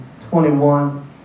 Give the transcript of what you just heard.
21